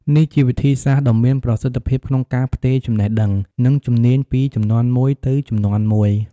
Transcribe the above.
នេះជាវិធីសាស្ត្រដ៏មានប្រសិទ្ធភាពក្នុងការផ្ទេរចំណេះដឹង និងជំនាញពីជំនាន់មួយទៅជំនាន់មួយ។